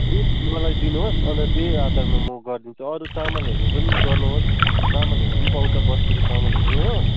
list मलाई दिनुहोस् अन्त त्यही आधारमा म गरिदिन्छु अरू चामलहरू पनि गर्नुहोस् चामलहरू पनि पाउँछ बस्तीको चामलहरू हो